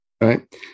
right